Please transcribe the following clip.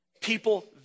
people